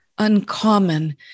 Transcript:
Uncommon